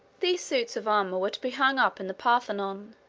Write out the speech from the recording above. these suits of armor were to be hung up in the parthenon,